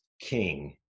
king